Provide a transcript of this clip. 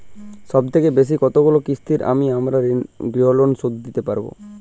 সবথেকে বেশী কতগুলো কিস্তিতে আমি আমার গৃহলোন শোধ দিতে পারব?